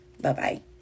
Bye-bye